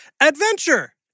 adventure